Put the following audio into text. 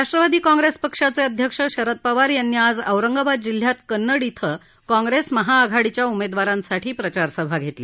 Rashtrawadi Congress पक्षाचे अध्यक्ष शरद पवार यांनी आज औरंगाबाद जिल्ह्यात कन्नड इथं काँग्रेस महाआघाडीच्या उमेदवारांसाठी प्रचार सभा घेतली